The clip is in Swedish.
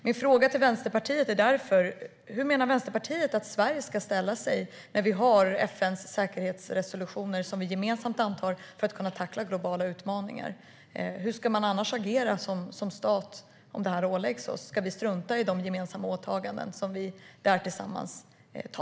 Hur menar Vänsterpartiet att Sverige ska ställa sig till FN:s säkerhetsresolutioner, som vi gemensamt antar för att kunna tackla globala utmaningar? Hur ska man annars agera som stat om det här åläggs oss? Ska vi strunta i de gemensamma åtagandena?